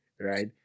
right